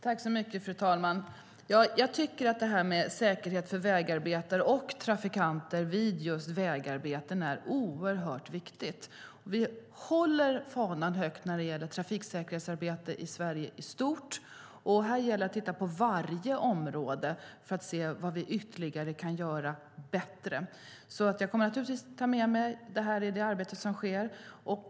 Fru talman! Ja, jag tycker att säkerhet för vägarbetare - och för trafikanter vid vägarbeten - är oerhört viktigt. Vi håller fanan högt när det gäller trafiksäkerhetsarbete i Sverige i stort, och här gäller det att titta på varje område för att se vad mer vi kan göra bättre. Jag kommer naturligtvis att ta med mig det här i det arbete som sker.